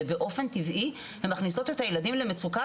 ובאופן טבעי הן מכניסות את הילדים למצוקה,